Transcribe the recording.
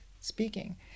speaking